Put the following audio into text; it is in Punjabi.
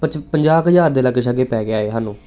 ਪੰਜਾਹ ਕ ਹਜ਼ਾਰ ਦੇ ਲਾਗੇ ਸ਼ਾਗੇ ਪੈ ਗਿਆ ਇਹ ਸਾਨੂੰ